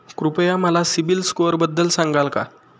कृपया मला सीबील स्कोअरबद्दल सांगाल का?